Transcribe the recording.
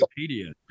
Wikipedia